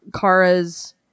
Kara's